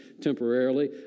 temporarily